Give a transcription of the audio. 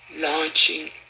launching